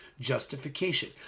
justification